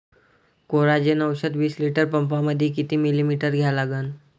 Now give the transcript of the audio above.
Coragen औषध विस litre पंपामंदी किती मिलीमिटर घ्या लागन?